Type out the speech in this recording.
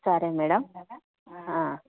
సరే మేడం